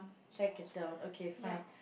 sack is down okay fine